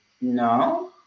no